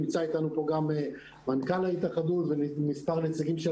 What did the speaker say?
ונמצא איתנו פה גם מנכ"ל ההתאחדות ומספר נציגים של